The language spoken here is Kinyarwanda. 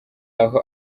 aho